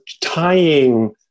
tying